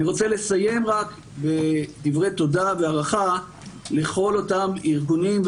אני רוצה לסיים רק בדברי תודה והערכה לכל אותם ארגונים,